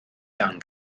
iawn